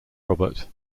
robert